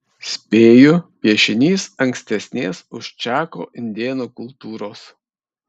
spėju piešinys ankstesnės už čako indėnų kultūros